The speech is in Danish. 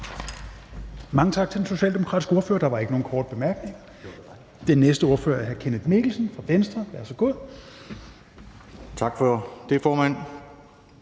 Mange tak til den socialdemokratiske ordfører. Der er ikke nogen korte bemærkninger. Den næste ordfører er hr. Kenneth Mikkelsen fra Venstre. Værsgo. Kl. 17:03 (Ordfører)